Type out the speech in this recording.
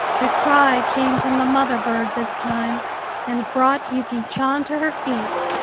the cry came from the mother bird this time and brought yuki chan to her feet.